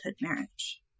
marriage